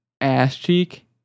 ass-cheek